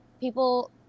people